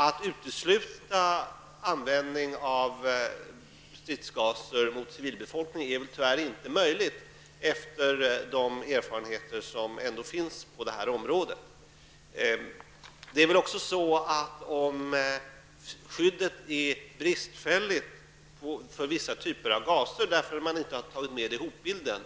Att utesluta användning av stridsgaser mot civilbefolkningen är väl tyvärr inte möjligt med tanke på de erfarenheter som ändå finns på det här området. Är skyddet bristfälligt när det gäller vissa typer av gaser därför att de inte finns med i hotbilden,